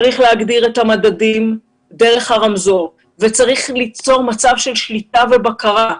צריך להגדיר את המדדים דרך הרמזור וצריך ליצור מצב של שליטה ובקרה.